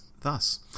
thus